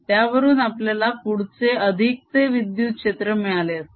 त्यावरून आपल्याला पुढचे अधिकचे विद्युत क्षेत्र मिळाले असते